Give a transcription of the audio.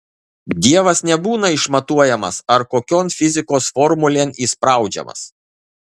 dievas nebūna išmatuojamas ar kokion fizikos formulėn įspraudžiamas